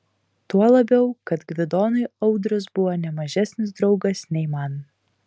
tuo labiau kad gvidonui audrius buvo ne mažesnis draugas nei man